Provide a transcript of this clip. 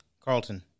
Carlton